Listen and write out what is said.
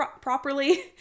properly